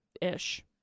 ish